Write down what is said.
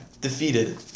defeated